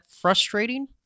frustrating